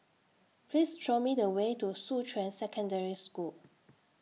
Please Show Me The Way to Shuqun Secondary School